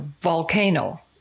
volcano